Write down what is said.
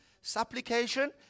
supplication